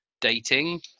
dating